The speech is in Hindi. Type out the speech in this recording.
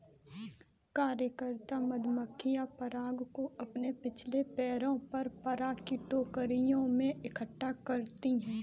कार्यकर्ता मधुमक्खियां पराग को अपने पिछले पैरों पर पराग की टोकरियों में इकट्ठा करती हैं